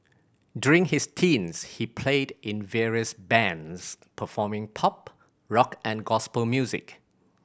during his teens he played in various bands performing pop rock and gospel music